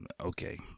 Okay